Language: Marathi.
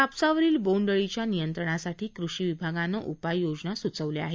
कापसावरील बोंड अळीच्या नियंत्रणासाठी कृषी विभागानं उपाययोजना सुचविल्या आहेत